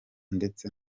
ndetse